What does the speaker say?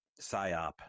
PSYOP